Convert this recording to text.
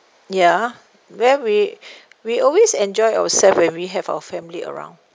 ya where we we always enjoy ourselves when we have our family around